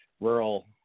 rural